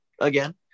again